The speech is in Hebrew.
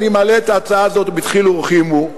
אני מעלה את ההצעה הזאת בדחילו ורחימו.